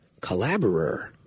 collaborer